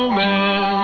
man